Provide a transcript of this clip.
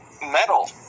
metal